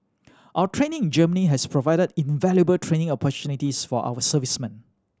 our training in Germany has provided invaluable training opportunities for our servicemen